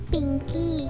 Pinky